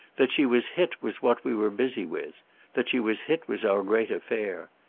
that she was hit was what we were busy with that she was hit was our great affair.